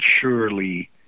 surely